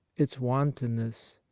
its wantonness,